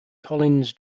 collins